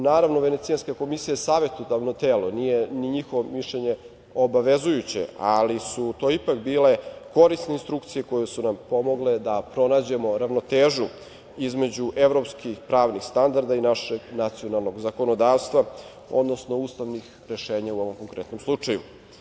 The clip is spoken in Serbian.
Naravno, Venecijanska komisija je savetodavno telo, nije njihovo mišljenje obavezujuće, ali su to ipak bile korisne instrukcije koje su nam pomogle da pronađemo ravnotežu između evropskih pravnih standarda i našeg nacionalnog zakonodavstva, odnosno ustavnih rešenja u ovom konkretnom slučaju.